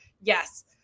Yes